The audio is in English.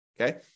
Okay